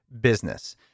business